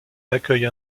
accueille